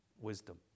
wisdom